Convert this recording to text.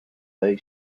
bay